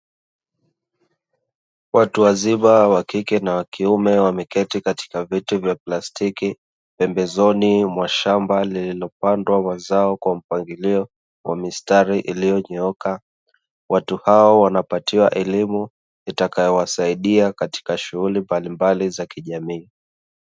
Watu wazima wakike na wakiume wameketi katika viti vya plastiki, pembezoni mwa shamba lililopandwa mazao kwa mpangilio kwa mistari iliyonyooka. Watu hao wanapatiwa elimu itakayowasaidia katika shughuli mbalimbali za kijamii.